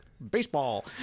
Baseball